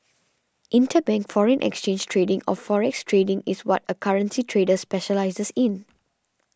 interbank foreign exchange trading or forex trading is what a currency trader specialises in